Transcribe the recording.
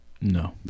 No